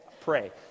pray